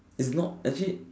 is not actually